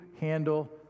handle